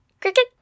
cricket